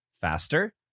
faster